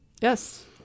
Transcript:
Yes